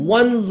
one